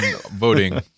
voting